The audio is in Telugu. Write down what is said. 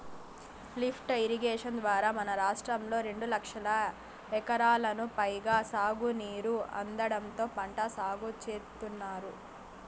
లిఫ్ట్ ఇరిగేషన్ ద్వారా మన రాష్ట్రంలో రెండు లక్షల ఎకరాలకు పైగా సాగునీరు అందడంతో పంట సాగు చేత్తున్నారు